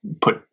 put